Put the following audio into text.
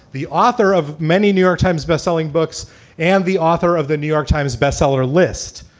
the author of many new york times bestselling books and the author of the new york times bestseller list.